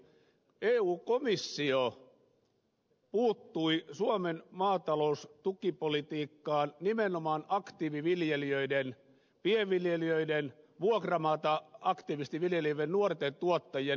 eun komissio puuttui suomen maataloustukipolitiikkaan nimenomaan aktiiviviljelijöiden pienviljelijöiden vuokramaata aktiivisesti viljelevien nuorten tuottajien näkökulmasta